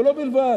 ולא בלבד,